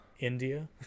India